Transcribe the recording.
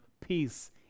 peace